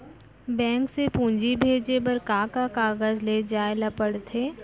Bank से पूंजी भेजे बर का का कागज ले जाये ल पड़थे?